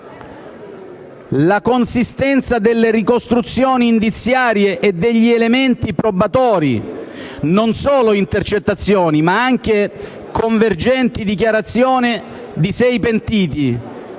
la consistenza delle ricostruzioni indiziarie e degli elementi probatori (non solo intercettazioni, ma anche convergenti dichiarazioni dei sei pentiti),